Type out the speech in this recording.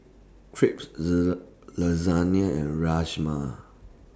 Crepes Lasagna and Rajma